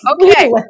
Okay